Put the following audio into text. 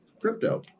crypto